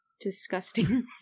disgusting